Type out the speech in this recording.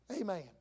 Amen